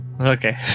Okay